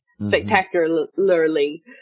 spectacularly